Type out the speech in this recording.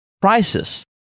prices